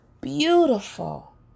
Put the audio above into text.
beautiful